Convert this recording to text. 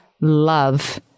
Love